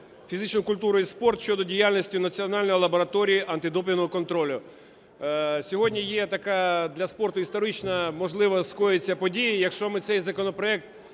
фізичну культуру і спорт" щодо діяльності Національної лабораторії антидопінгового контролю. Сьогодні є така для спорту історична, можливо, скоїться подія, якщо ми цей законопроект